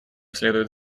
следует